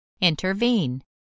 Intervene